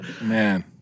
Man